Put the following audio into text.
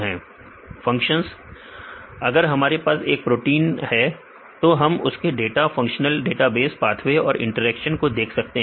विद्यार्थी फंक्शंस अगर हमारे पास एक प्रोटीन है तो हम उसके डाटा फंक्शनल डेटाबेस पाथवे और इंटरेक्शन को देख सकते हैं